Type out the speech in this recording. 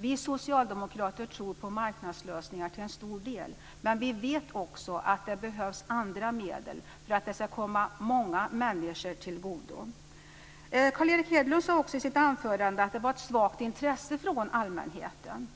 Vi socialdemokrater tror på marknadslösningar till en stor del, men vi vet också att det behövs andra medel för att det här ska komma många människor till godo. Carl Erik Hedlund sade också i sitt anförande att det var ett svagt intresse från allmänheten.